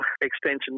extension